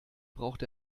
braucht